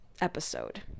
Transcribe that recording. episode